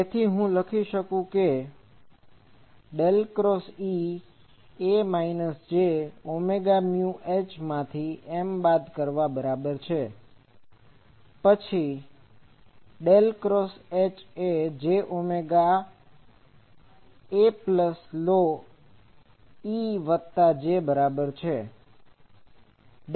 તેથી હું લખી શકું છું E j ω H M del cross E એ minus J omega mu H માંથી M બાદ કરવા બરાબર છે પછી M j ω ϵ Ej del cross H એ J ઓમેગા એપ્સીલોન E વત્તા J બરાબર છે